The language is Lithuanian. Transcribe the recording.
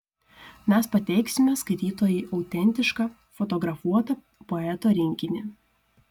mes pateiksime skaitytojui autentišką fotografuotą poeto rinkinį